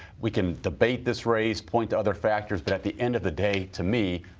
we can debate this race, point to other factor, but at the end of the day, to me,